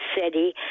city